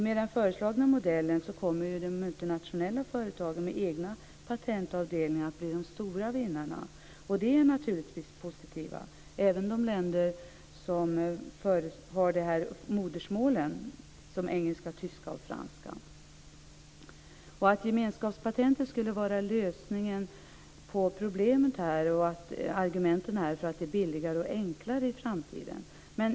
Med den föreslagna modellen kommer ju de multinationella företagen med egna patentavdelningar att bli de stora vinnarna. De är naturligtvis positiva. Det gäller även länder där man har engelska, tyska och franska som modersmål. Gemenskapspatentet skulle vara lösningen på problemen, och argumentet är att det blir billigare och enklare i framtiden.